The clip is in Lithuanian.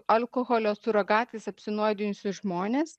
alkoholio surogatais apsinuodijusius žmones